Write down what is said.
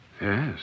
Yes